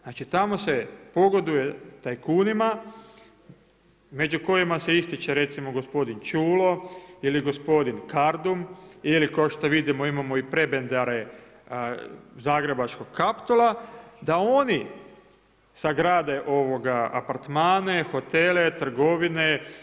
Znači tamo se pogoduje tajkunima među kojima se ističe recimo gospodin Čulo ili gospodin Kardum ili kao što vidimo imamo i prebendare zagrebačkog Kaptola da oni sagrade apartmane, hotele, trgovine.